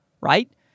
Right